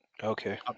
Okay